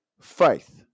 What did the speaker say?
faith